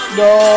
no